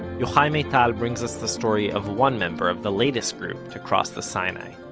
yochai maital brings us the story of one member of the latest group to cross the sinai